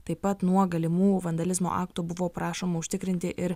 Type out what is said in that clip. taip pat nuo galimų vandalizmo aktų buvo prašoma užtikrinti ir